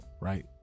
Right